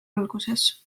alguses